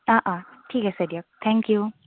অঁ অঁ ঠিক আছে দিয়ক থেংক ইউ